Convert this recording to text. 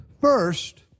first